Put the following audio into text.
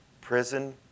Prison